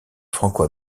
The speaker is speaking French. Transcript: franco